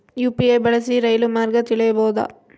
UPI ಬಳಸಿ ರೈಲು ಮಾರ್ಗ ತಿಳೇಬೋದ?